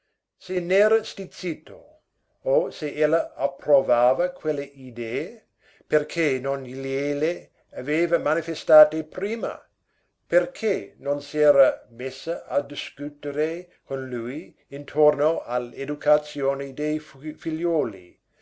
se n'era stizzito o se ella approvava quelle idee perché non gliele aveva manifestate prima perché non s'era messa a discutere con lui intorno all'educazione dei figliuoli